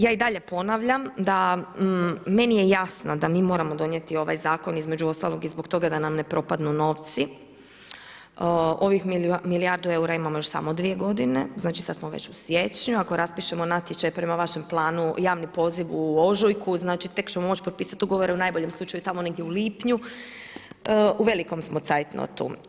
Ja i dalje ponavljam, meni je jasno da mi moramo donijeti ovaj zakon, između ostalog i zbog toga da nam ne propadnu novci, ovih milijardu eura imamo još samo 2 godine, znači sada smo već u siječnju, ako raspišemo natječaj prema vašem planu, javni poziv u ožujku, znači tek ćemo moći potpisati ugovore u najboljem slučaju tamo negdje u lipnju, u velikom smo cajtnotu.